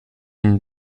une